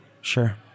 Sure